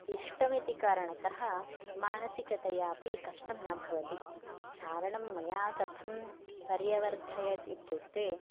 इष्टम् इति कारणतः मानसिकतया अपि कष्टं न भवति चारणं मया कथं पर्यवर्तयत् इत्युक्ते